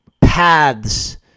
paths